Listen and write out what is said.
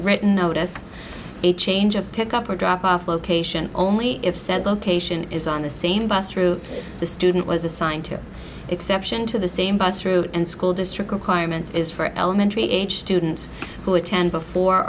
written notice a change of pick up or drop off location only if said location is on the same bus route the student was assigned to exception to the same bus route and school district requirements is for elementary aged students who attend before